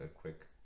quick